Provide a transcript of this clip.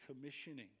commissioning